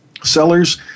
Sellers